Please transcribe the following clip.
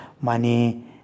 money